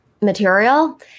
material